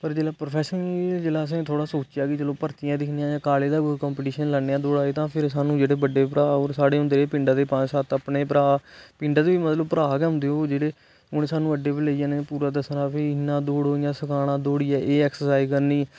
पर जिसलै प्रफेशनली जिसलै असें सोचेआ कि चलो भर्तिया दिक्खने जां काॅलेज दा कोई कम्पीटिशन लड़ने कन्नै दूआ जेहड़ा फिर सानू जेहडे़ बड्डे भ्रां होर साढ़े होंदे रेह् पिडां दे पंज सत अपने भ्रां पिंडा च बी मतलब भ्रां गै होदे ओह् जेहडे़ उन्हे सानू अड्डे उप्परा लेई जाना पूरा दस्सना भाई इयां इयां दौड़ो इयां सिखाना दौड़ियै एह् एक्सरसाइज ना